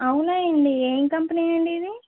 అవునాయిండి ఏం కంపెనీ అండి ఇది